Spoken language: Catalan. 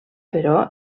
però